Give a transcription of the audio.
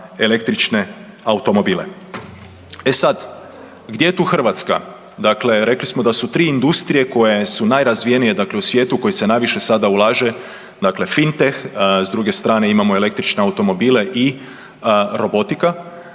električne automobile. E sad, gdje je tu Hrvatska? Dakle, rekli smo da su tri industrije koje su nerazvijenije u svijetu u koje se najviše sada ulaže dakle fintech s druge strane imamo električne automobile i robotika.